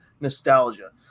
nostalgia